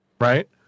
right